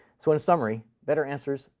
so in summary better answers,